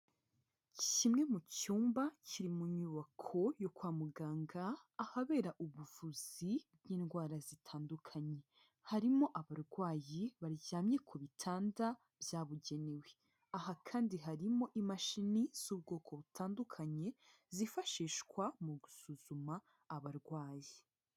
Kimwe mu cyumba kiri mu nyubako yo kwa muganga ahabera ubuvuzi bw'indwara zitandukanye, harimo abarwayi baryamye ku bitanda byabugenewe, aha kandi harimo imashini z'ubwoko butandukanye zifashishwa mu gusuzuma abarwayi.